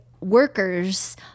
workers